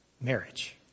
marriage